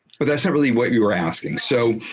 but that's not really what you were asking. so